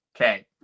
Okay